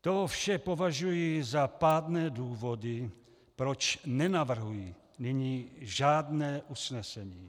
To vše považuji za pádné důvody, proč nenavrhuji nyní žádné usnesení.